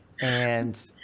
and-